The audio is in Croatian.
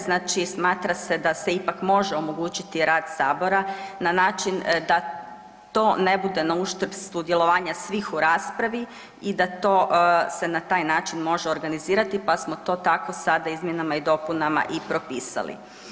Znači, smatra se da se ipak može omogućiti rad sabora na način da to ne bude na uštrb sudjelovanja svih u raspravi i da to se na taj način može organizirati pa smo to tako sada izmjenama i dopunama i propisali.